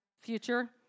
future